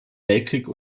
weltkrieg